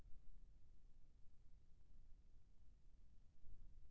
मटर के खेती म एक एकड़ म कतक मेहनती लागथे?